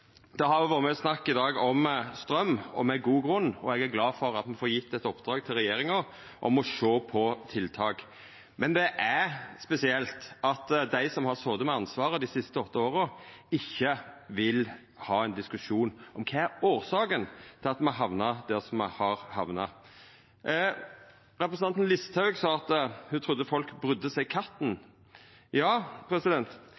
Det har i dag vore mykje snakk om straum – og med god grunn. Eg er glad for at me får gjeve regjeringa i oppdrag å sjå på tiltak. Men det er spesielt at dei som har sete med ansvaret dei siste åtte åra, ikkje vil ha diskusjon om kva årsaka er til at me har hamna der me har hamna. Representanten Listhaug sa at ho trudde folk brydde seg katten.